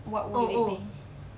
what would it be